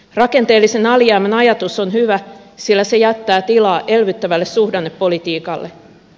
rakenteellisen alijäämän ajatus on hyvä sillä se jättää tilaa elvyttävälle suhdannepolitiikalle